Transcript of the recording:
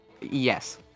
Yes